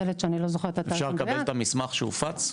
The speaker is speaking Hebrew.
אפשר לקבל את המסמך שהופץ?